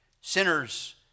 Sinners